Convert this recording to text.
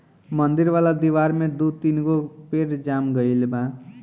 मंदिर वाला दिवार में दू तीन गो पेड़ जाम गइल बा